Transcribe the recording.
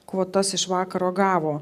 kvotas iš vakaro gavo